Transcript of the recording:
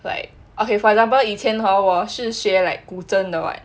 like okay for example 以前 hor 我是学 like 古筝的 [what]